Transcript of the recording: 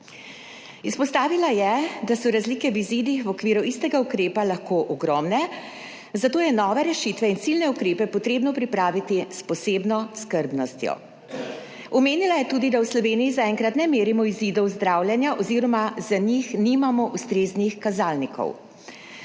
Izpostavila je, da so razlike v izidih v okviru istega ukrepa lahko ogromne, zato je nove rešitve in ciljne ukrepe potrebno pripraviti s posebno skrbnostjo. Omenila je tudi, da v Sloveniji zaenkrat ne merimo izidov zdravljenja, oziroma za njih nimamo ustreznih kazalnikov.